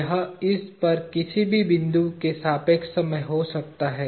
यह इस पर किसी भी बिंदु के सापेक्ष में हो सकता है